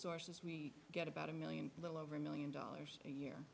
sources we get about a million little over a million dollars a year